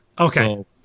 Okay